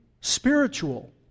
spiritual